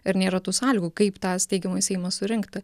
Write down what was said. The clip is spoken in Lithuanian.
ir nėra tų sąlygų kaip tą steigiamąjį seimą surinkti